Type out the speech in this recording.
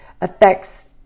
affects